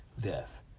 death